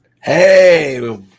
hey